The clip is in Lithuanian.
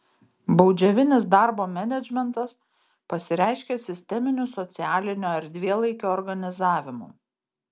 baudžiavinis darbo menedžmentas pasireiškė sisteminiu socialinio erdvėlaikio organizavimu